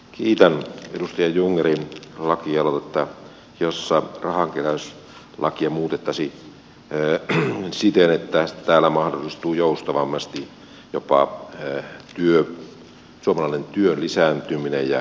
kiitän edustaja jungnerin lakialoitetta jossa rahankeräyslakia muutettaisiin siten että täällä mahdollistuvat joustavammin jopa suomalaisen työn lisääntyminen ja verotulot